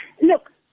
look